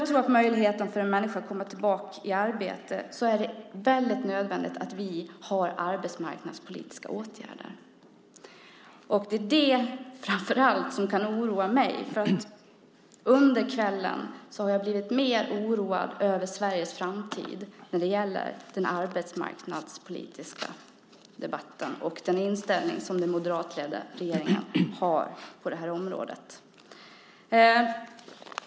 För att en människa ska ha möjlighet att komma tillbaka i arbete är det nödvändigt med arbetsmarknadspolitiska åtgärder. Jag har under kvällen blivit alltmer oroad över Sveriges framtid av den arbetsmarknadspolitiska debatten och den moderatledda regeringens inställning på området.